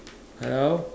hello